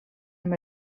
amb